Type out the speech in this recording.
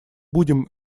будем